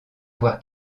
avoir